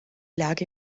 lage